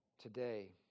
today